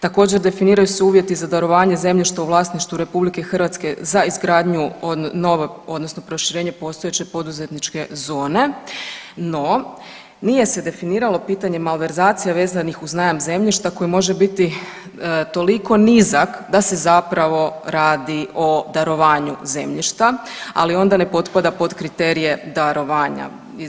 Također, definiraju se uvjeti za darovanje zemljišta u vlasništvu RH za izgradnju, odnosno proširenje postojeće poduzetničke zone, no nije se definiralo pitanje malverzacija vezanih uz najam zemljišta koje može biti toliko nizak da se zapravo radi o darovanju zemljišta, ali onda ne potpada pod kriterije darovanja.